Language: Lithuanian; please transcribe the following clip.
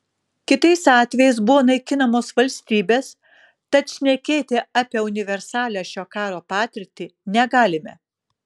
kitais atvejais buvo naikinamos valstybės tad šnekėti apie universalią šio karo patirtį negalime